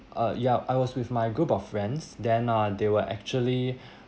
uh ya I was with my group of friends then uh they were actually